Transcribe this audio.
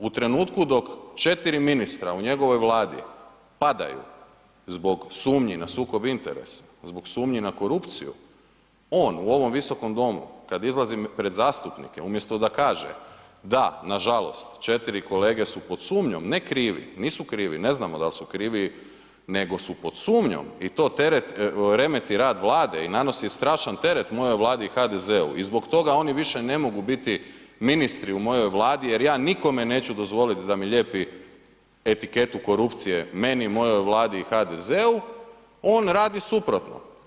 U trenutku dok 4 ministra u njegovoj Vladi padaju zbog sumnji na sukob interesa, zbog sumnji na korupciju, on u ovom Visokom domu kada izlazi pred zastupnice umjesto da kaže da nažalost 4 kolege su pod sumnjom, ne krivi, nisu krivi, ne znamo dal' su krivi nego su pod sumnjom i to remeti rad Vlade i nanosi strašan teret mojoj Vladi i HDZ-u i zbog toga oni više ne mogu biti ministri u mojoj Vladi jer ja nikome neću dozvoliti da mi lijepi etiketu korupcije, meni, mojoj Vladi i HDZ-u on radi suprotno.